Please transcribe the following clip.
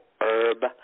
Herb